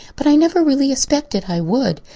but i never really expected i would.